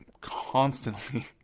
constantly